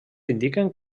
indiquen